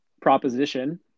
proposition